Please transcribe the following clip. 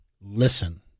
listen